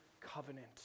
covenant